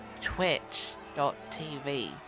twitch.tv